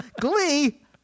Glee